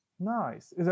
Nice